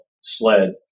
sled